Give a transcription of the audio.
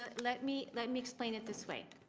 let me let me explain it this way